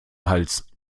hals